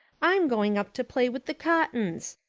i'm going up to play with the cottons.